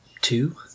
two